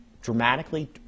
dramatically